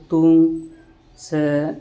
ᱥᱤᱛᱩᱝ ᱥᱮ